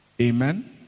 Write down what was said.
Amen